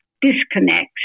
disconnects